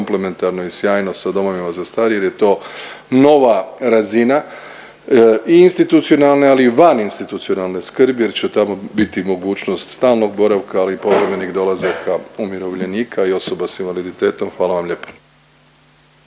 komplementarno i sjajno sa domovima za starije jer je to nova razina i institucionalne ali i vaninstitucionalne skrbi jer će tamo biti mogućnost stalnog boravka ali i povremenih dolazaka umirovljenika i osoba s invaliditetom. Hvala vam lijepo.